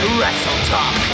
WrestleTalk